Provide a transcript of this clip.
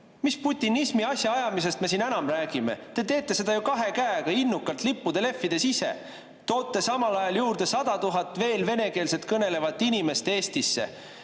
putinismi asja ajamisest me siin enam räägime? Te teete seda ju kahe käega innukalt lippude lehvides ise. Toote samal ajal juurde veel 100 000 vene keeles kõnelevat inimest Eestisse,